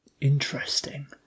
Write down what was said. Interesting